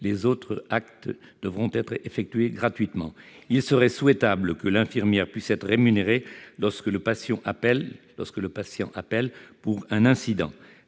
les suivants sont effectués gratuitement. Il serait souhaitable que l'infirmière puisse être rémunérée lorsque le patient appelle pour un incident.